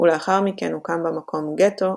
ולאחר מכן הוקם במקום גטו,